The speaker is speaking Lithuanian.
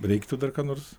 reiktų dar ką nors